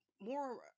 more